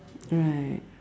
right